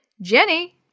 Jenny